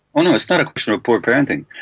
oh no, it's not a question of poor parenting,